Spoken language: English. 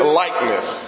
likeness